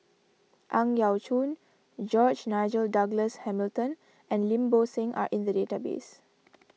Ang Yau Choon George Nigel Douglas Hamilton and Lim Bo Seng are in the database